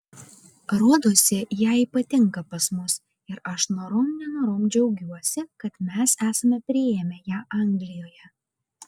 rodosi jai patinka pas mus ir aš norom nenorom džiaugiuosi kad mes esame priėmę ją anglijoje